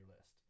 list